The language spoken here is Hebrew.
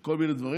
כל מיני דברים.